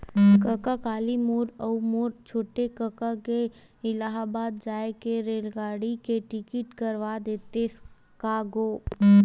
कका काली मोर अऊ मोर छोटे कका के इलाहाबाद जाय के रेलगाड़ी के टिकट करवा देतेस का गो